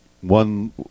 one –